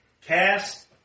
Cast